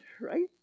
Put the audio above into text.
right